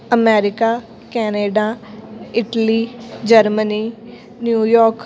America Canada Italy Germany New York